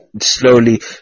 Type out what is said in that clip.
slowly